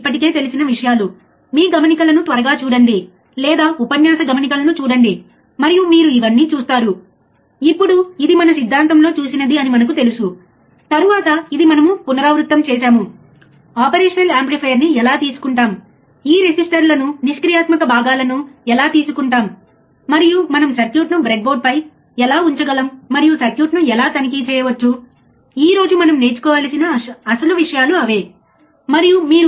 ఇప్పుడు operational amplifier యొక్క ఇతర లక్షణాలను చూద్దాం ఇది స్లీవ్ రేటు ఆపరేషనల్ యాంప్లిఫైయర్ యొక్క చాలా ముఖ్యమైన లక్షణాలు చూద్దాం స్లీవ్ రేటును చూద్దాం కాబట్టి స్లీవ్ రేటు అంటే ఏమిటి